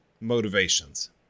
motivations